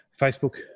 Facebook